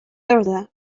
ordre